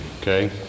okay